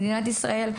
מדינת ישראל,